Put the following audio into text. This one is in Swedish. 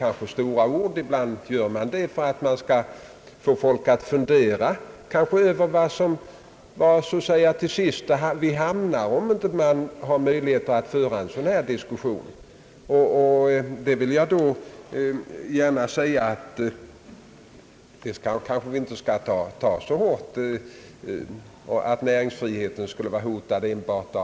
Man gör det ibland för att man skall få folk att fundera över var vi till sist skulle hamna, om vi inte har möjlighet att föra en sådan här diskussion. Jag vill gärna framhålla att vi inte behöver ta så hårt på farhågorna att näringsfriheten skall vara hotad.